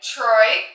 Troy